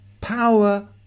power